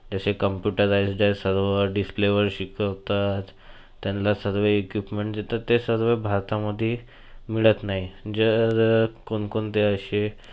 जसे कंप्युटराइज्ड आहे सर्व डिस्प्लेवर शिकवतात त्यांला सर्व इक्विपमेंट देतात ते सर्व भारतामध्ये मिळत नाही जर कोणकोणते असे